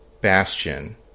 Bastion